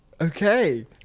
okay